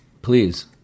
Please